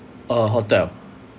uh hotel